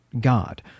God